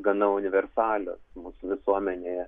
gana universalios mūsų visuomenėje